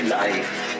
life